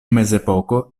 mezepoko